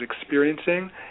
experiencing